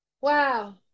Wow